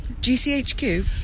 GCHQ